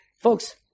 folks